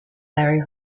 larry